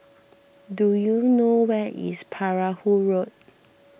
do you know where is Perahu Road